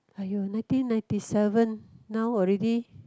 aiyo nineteen ninety seven now already